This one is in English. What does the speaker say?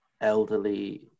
elderly